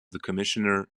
commissioner